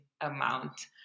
amount